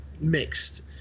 mixed